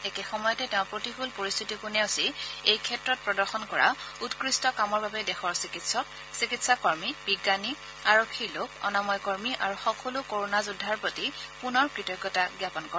একে সময়তে তেওঁ প্ৰতিকূল পৰিস্থিতিকো নেওচি এই ক্ষেত্ৰত প্ৰদৰ্শন কৰা উৎকৃষ্ট কামৰ বাবে দেশৰ চিকিৎসক চিকিৎসাকৰ্মী বিজ্ঞানী আৰক্ষীৰ লোক অনাময় কৰ্মী আৰু সকলো কৰোণা যোদ্ধাৰ প্ৰতি পুনৰ কৃতজ্ঞতা জ্ঞাপন কৰে